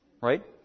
right